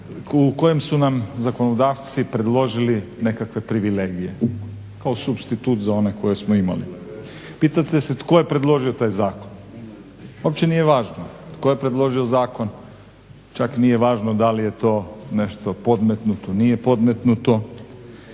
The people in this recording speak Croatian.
u kojem su nam zakonodavci predložili nekakve privilegije kao supstitut za one koje smo imali. Pitate se tko je predložio taj zakon? Uopće nije važno tko je predložio zakon čak nije važno da li je to nešto podmetnuto nije podmetnuto,